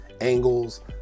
angles